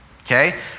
okay